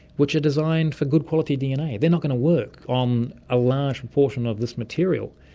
which are designed for good quality dna. they're not going to work on a large proportion of this material,